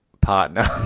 partner